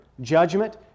Judgment